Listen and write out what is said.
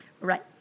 Right